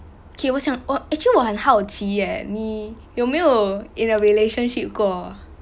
okay 我想我 actually 我很好奇 eh 你有没有 in a relationship 过